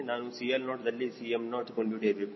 ನಾನು CL0 ದಲ್ಲಿ Cm0 ಕಂಡುಹಿಡಿಯಬೇಕು